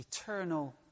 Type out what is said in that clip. eternal